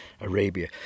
Arabia